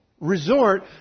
resort